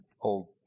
old